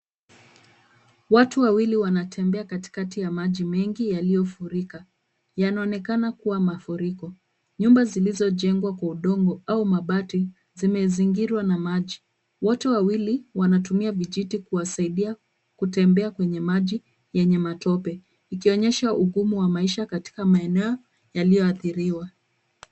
Watu wawili wanatembea katikati ya maji mengi yaliyofurika. Yanaonekana kuwa mafuriko. Nyumba zilizojengwa kwa udongo au mabati zimezingirwa na maji. Wote wawili wanatumia vijiti kuwasaidia kutembea kwenye maji yenye matope, ikionyesha ugumu wa maisha katika maeneo yaliyoathiriwa.